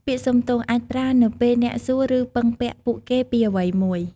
ពាក្យ "សុំទោស" អាចប្រើនៅពេលអ្នកសួរឬពឹងពាក់ពួកគេពីអ្វីមួយ។